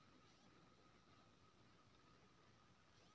user ID आ I PIN दए login करु